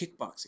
kickboxing